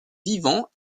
vivant